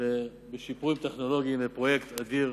זה פרויקט אדיר,